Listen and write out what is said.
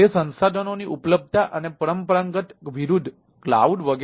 આ અલગ વિશ્વાસ છે વગેરે